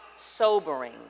sobering